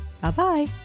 Bye-bye